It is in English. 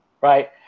right